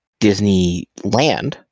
Disneyland